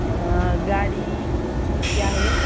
ह गाडी घ्यायची आहे